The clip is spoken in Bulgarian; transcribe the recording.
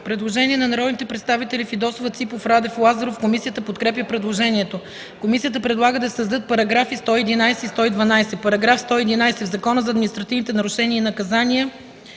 Предложение на народните представители Фидосова, Ципов, Радев и Лазаров. Комисията подкрепя предложението. Комисията предлага да се създадат параграфи 111 и 112: „§ 111. В Закона за административните нарушения и наказания